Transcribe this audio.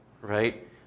right